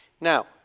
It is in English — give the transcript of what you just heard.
Now